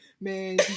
man